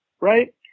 right